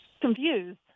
confused